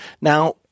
now